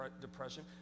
depression